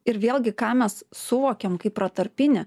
ir vėlgi ką mes suvokiam kaip protarpinį